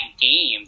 game